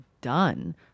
done